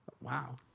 Wow